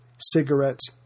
cigarettes